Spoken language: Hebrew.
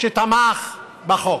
שתמך בחוק.